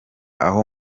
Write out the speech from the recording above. aho